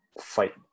fight